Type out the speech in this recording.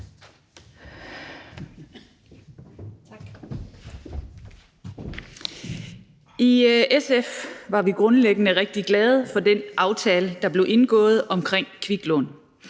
I SF var vi grundlæggende rigtig glade for den aftale, der blev indgået omkring kviklån.